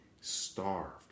starved